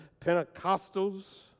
Pentecostals